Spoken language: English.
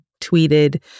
tweeted